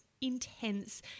intense